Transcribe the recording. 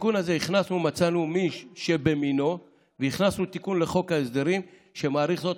בתיקון הזה מצאנו מין שבמינו והכנסנו תיקון לחוק ההסדרים שמאריך זאת